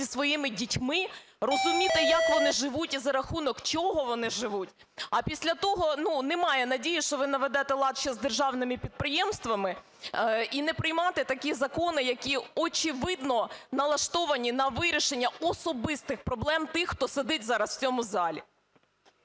зі своїми дітьми, розуміти, як вони живуть і за рахунок чого вони живуть, а після того, ну, немає надії, що ви наведете лад ще з державними підприємствами, і не приймати такі, які очевидно налаштовані на вирішення особистих проблем тих, хто сидить зараз у цьому залі.